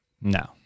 No